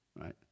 right